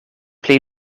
pli